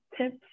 tips